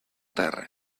terri